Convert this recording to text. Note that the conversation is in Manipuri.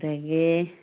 ꯑꯗꯨꯗꯒꯤ